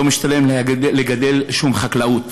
לא משתלם לגדל שום חקלאות.